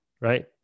Right